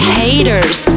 haters